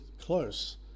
close